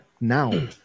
Now